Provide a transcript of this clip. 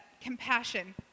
compassion